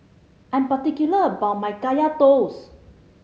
I am particular about my Kaya Toast